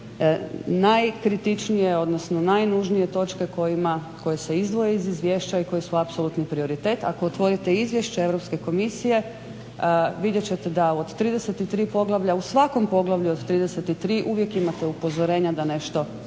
najkritičnije odnosno najnužnije točke koje se izdvoje iz izvješća i koji su apsolutni prioritet. Ako otvorite izvješće Europske komisije vidjet ćete da od 33 poglavlja u svakom poglavlju od 33 uvijek imate upozorenja da treba